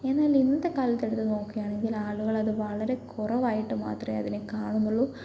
എന്നാൽ ഇന്നത്തെ കാലത്ത് എടുത്തു നോക്കുകയാണെങ്കിൽ ആളുകൾ അത് വളരെ കുറവായിട്ട് മാത്രമെ അതിനെ കാണുന്നുള്ളു